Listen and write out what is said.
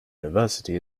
university